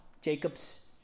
Jacob's